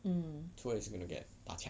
so how is he gonna get 打枪 ah